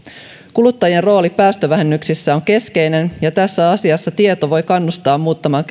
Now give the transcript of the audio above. kuluttajien rooli päästövähennyksissä on keskeinen ja tässä asiassa tieto voi kannustaa muuttamaan